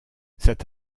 cet